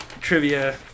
trivia